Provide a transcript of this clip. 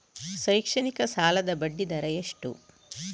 ಶೈಕ್ಷಣಿಕ ಸಾಲದ ಬಡ್ಡಿ ದರ ಎಷ್ಟು?